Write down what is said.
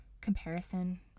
comparison